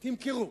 תמכרו.